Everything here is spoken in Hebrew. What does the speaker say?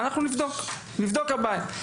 אנחנו נבדוק, נבדוק את הבעיה.